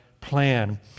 plan